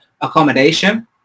accommodation